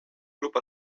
club